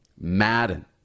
Madden